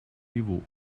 niveau